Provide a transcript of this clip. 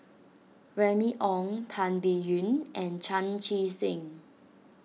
Remy Ong Tan Biyun and Chan Chee Seng